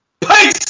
Peace